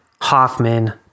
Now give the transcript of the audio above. Hoffman